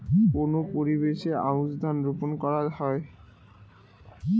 কোন পরিবেশে আউশ ধান রোপন করা হয়?